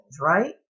right